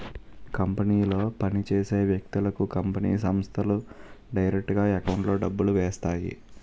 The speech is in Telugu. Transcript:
కంపెనీలో పని చేసే వ్యక్తులకు కంపెనీ సంస్థలు డైరెక్టుగా ఎకౌంట్లో డబ్బులు వేస్తాయి